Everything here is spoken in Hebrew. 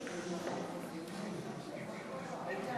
הרווחה והבריאות להכנה לקריאה שנייה ושלישית.